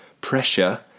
pressure